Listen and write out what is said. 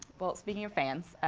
well, speaking of fans,